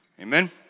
Amen